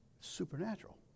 Supernatural